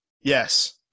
Yes